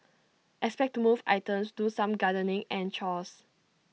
expect to move items do some gardening and chores